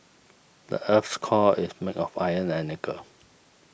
the earth's core is made of iron and nickel